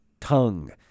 tongue